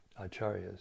Acharyas